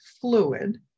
fluid